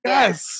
Yes